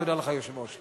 תודה לך, היושב-ראש.